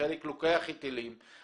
חלק לוקחות היטלים.